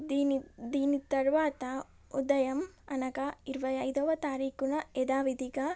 దీని దీని తరువాత ఉదయం అనగా ఇరవై ఐదవ తారీఖున యధావిధిగా